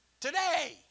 today